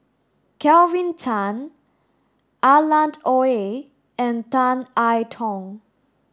Kelvin Tan Alan the Oei and Tan I Tong